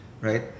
right